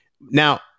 Now